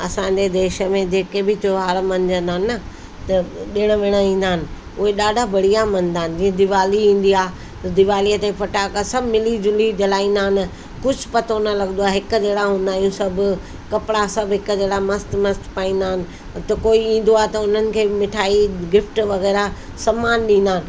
असांजे देश में जेके बि त्योहार मञंदा आहिनि न त ॾिण विण ईंदा आहिनि उहे ॾाढा बढ़िया मञंदा आहिनि जीअं दीवाली ईंदी आहे त दीवालीअ ते फटाका सभु मिली झुली जलाईंदा आहिनि कुझु पतो न लॻंदो आहे हिकु जहिड़ा हूंदा आहियूं सभु कपिड़ा सभु हिकु जहिड़ा मस्तु मस्तु पाईंदा आहिनि त कोई ईंदो आहे त उन्हनि खे ब मिठाई गिफ्ट वग़ैरह सम्मान ॾींदा आहिनि